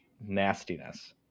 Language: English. nastiness